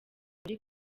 muri